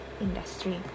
industry